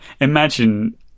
Imagine